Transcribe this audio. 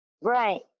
Right